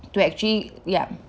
to actually ya